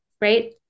right